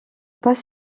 pas